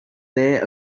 their